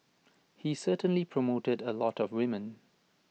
he certainly promoted A lot of women